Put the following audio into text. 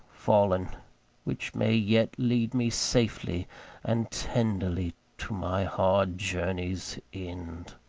fallen which may yet lead me safely and tenderly to my hard journey's end.